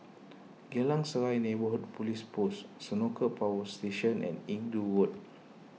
Geylang Serai Neighbourhood Police Post Senoko Power Station and Inggu Road